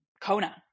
Kona